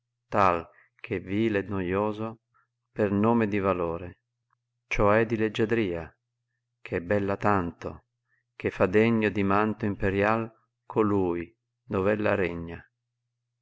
ch'è vile e noioso per nome di valore cioè di leggiadria eh è bella tanto che fa degno di manto imperiai colui dove ella regna